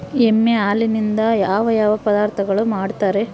ಎಮ್ಮೆ ಹಾಲಿನಿಂದ ಯಾವ ಯಾವ ಪದಾರ್ಥಗಳು ಮಾಡ್ತಾರೆ?